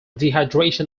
dehydration